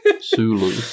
Sulu